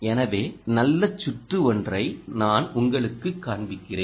எனவே நல்ல சுற்று ஒன்றைக் நான் உங்களுக்குக் காண்பிக்கிறேன்